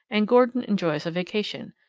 and gordon enjoys a vacation,